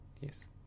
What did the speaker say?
Yes